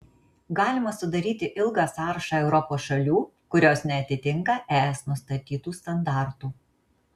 galima sudaryti ilgą sąrašą europos šalių kurios neatitinka es nustatytų standartų